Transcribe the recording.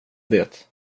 det